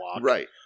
Right